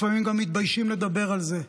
לפעמים גם מתביישים לדבר על זה.